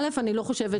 א' אני לא חושבת,